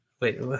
wait